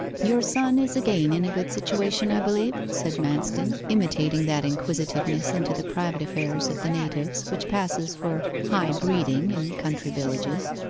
your son is again in a good situation, i believe said manston, imitating that inquisitiveness into the private affairs of the natives which passes for high breeding in country villages.